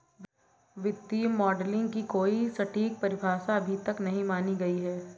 वित्तीय मॉडलिंग की कोई सटीक परिभाषा अभी तक नहीं मानी गयी है